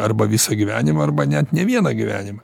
arba visą gyvenimą arba net ne vieną gyvenimą